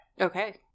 Okay